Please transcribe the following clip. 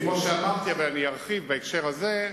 כמו שאמרתי, ואני ארחיב בהקשר הזה,